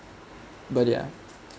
but ya